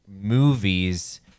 movies